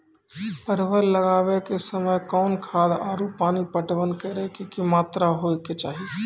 परवल लगाबै के समय कौन खाद आरु पानी पटवन करै के कि मात्रा होय केचाही?